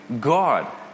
God